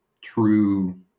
true